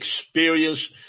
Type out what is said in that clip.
experience